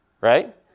right